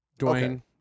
Dwayne